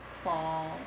for